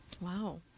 wow